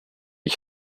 ich